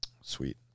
Sweet